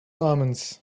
omens